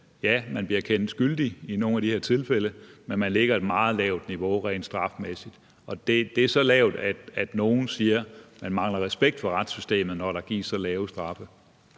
Ja, folk bliver kendt skyldige i nogle af de her tilfælde, men man lægger et meget lavt niveau rent strafmæssigt, og det er så lavt, at nogle siger, at man mangler respekt for retssystemet, når der gives så lave straffe.